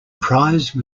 prize